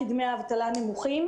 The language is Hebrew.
כי דמי האבטלה נמוכים,